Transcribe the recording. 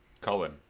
Colin